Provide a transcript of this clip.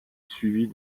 suivie